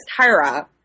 Tyra